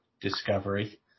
discovery